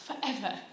forever